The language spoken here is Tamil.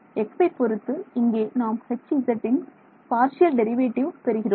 xஐ பொறுத்து இங்கே நாம் Hz ன் பார்சியல் டெரிவேட்டிவ் பெறுகிறோம்